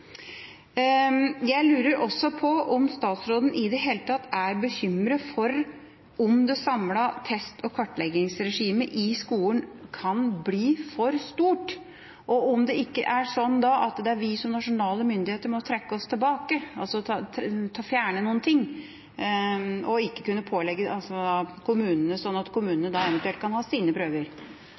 Jeg lurer også på om statsråden i det hele tatt er bekymret for om det samlede test- og kartleggingsregimet i skolen kan bli for stort, og om det ikke er sånn at vi som nasjonale myndigheter må trekke oss tilbake, altså fjerne noe sånn at kommunene eventuelt kan ha sine prøver.